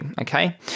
okay